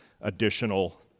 additional